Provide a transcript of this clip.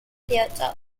theatre